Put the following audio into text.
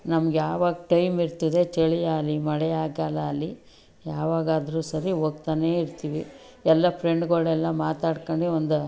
ನಮ್ಗೆ ಯಾವಾಗ ಟೈಮಿರ್ತದೆ ಚಳಿ ಆಗಲಿ ಮಳೆಯ ಕಾಲ ಅಲ್ಲಿ ಯಾವಾಗಾದ್ರೂ ಸರಿ ಹೋಗ್ತಲೇ ಇರ್ತೀವಿ ಎಲ್ಲ ಫ್ರೆಂಡ್ಗಳೆಲ್ಲ ಮಾತಾಡ್ಕೊಂಡು ಒಂದು